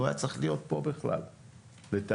הוא היה צריך להיות פה בכלל, לטעמי.